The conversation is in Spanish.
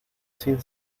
sin